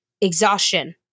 exhaustion